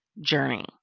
journey